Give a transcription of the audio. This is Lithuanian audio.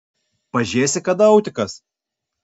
pažėsi kada autikas